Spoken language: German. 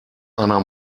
einer